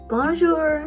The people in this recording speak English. Bonjour